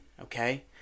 okay